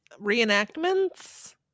Reenactments